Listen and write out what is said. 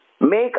make